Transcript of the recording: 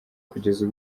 kugeza